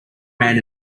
man